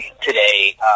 today